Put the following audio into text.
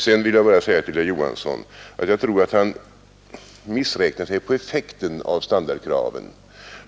Sedan vill jag till herr Johansson säga att jag tror att han missräknat sig på effekten av standardkraven.